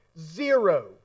Zero